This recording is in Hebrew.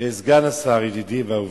סגן השר ידידי ואהובי,